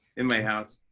in my house.